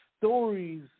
stories